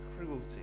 cruelty